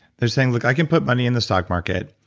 they're saying, look, i can put money in the stock market,